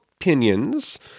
opinions